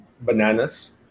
Bananas